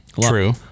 True